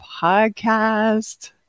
podcast